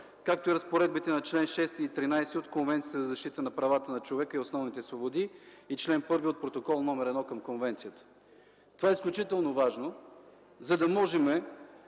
както и разпоредбите на чл. 6 и чл. 13 от Конвенцията за защита на правата на човека и основните свободи, и чл. 1 от Протокол № 1 към Конвенцията. Това е изключително важно, за да можем